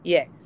Yes